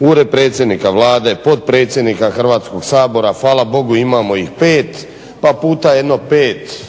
Ured predsjednika Vlade, potpredsjednika Hrvatskoga sabora, hvala Bogu imamo ih pet pa puta jedno pet